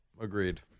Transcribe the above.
Agreed